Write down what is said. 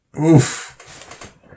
Oof